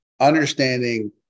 understanding